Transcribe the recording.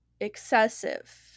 excessive